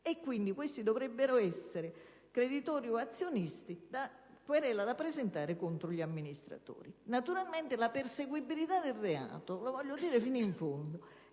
quindi dovrebbero essere creditori o azionisti a querela da presentare contro gli amministratori. Naturalmente la perseguibilità del reato - lo voglio dire fino in fondo -